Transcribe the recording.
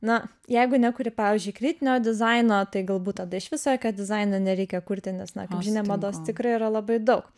na jeigu nekuri pavyzdžiui kritinio dizaino tai galbūt tada iš vis jokio dizaino nereikia kurti nes na kaip žinia mados tikrai yra labai daug